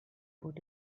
put